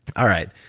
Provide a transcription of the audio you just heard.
alright.